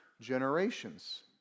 generations